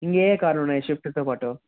ఇంక ఏఏ కార్లు ఉన్నాయి స్విఫ్ట్తో పాటు